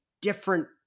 different